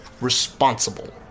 responsible